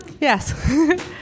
yes